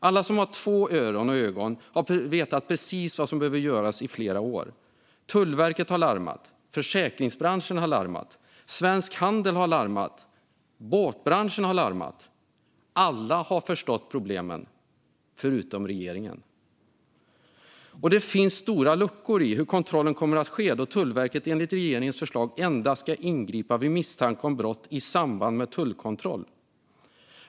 Alla som har två öron och ögon har vetat precis vad som behöver göras i flera år. Tullverket har larmat, försäkringsbranschen har larmat, Svensk Handel har larmat och båtbranschen har larmat. Alla har förstått problemen, förutom regeringen. Det finns stora luckor i hur kontrollen kommer att ske då Tullverket enligt regeringens förslag endast ska ingripa vid misstanke om brott i samband med tullkontroll.